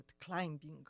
climbing